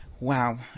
Wow